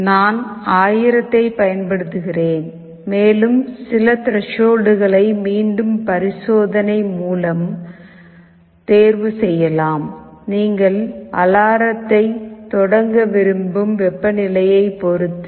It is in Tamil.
நான் 1000 ஐப் பயன்படுத்துகிறேன் மேலும் சில திரேஷால்ட்ல்களை மீண்டும் பரிசோதனை மூலம் தேர்வு செய்யலாம் நீங்கள் அலாரத்தைத் தொடங்க விரும்பும் வெப்பநிலையைப் பொறுத்தது